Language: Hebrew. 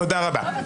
תודה רבה.